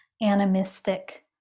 animistic